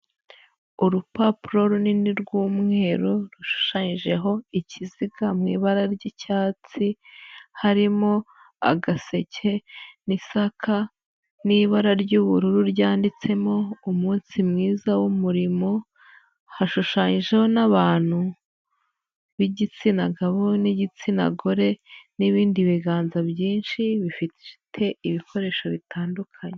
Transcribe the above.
Urupapuro runini rw'umweru rushushanyijeho ikiziga mu ibara ry'icyatsi, harimo agaseke n'isaka n'ibara ry'ubururu ryanditsemo umunsi mwiza w'umurimo, hashushanyijeho n'abantu b'igitsina gabo n'igitsina gore, n'ibindi biganza byinshi bifite ibikoresho bitandukanye.